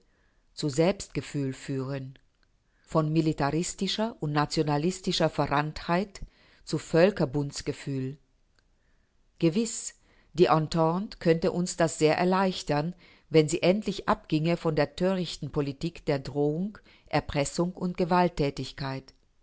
zu selbstgefühl führen von militaristischer und nationalistischer verranntheit zu völkerbundsgefühl gewiß die entente könnte uns das sehr erleichtern wenn sie endlich abginge von der törichten politik der drohung erpressung und gewalttätigkeit